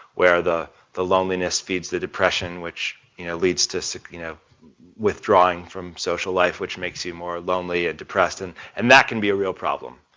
where the the loneliness feeds the depression which you know leads to so you know withdrawing from social life which makes you more lonely and ah depressed and and that can be a real problem.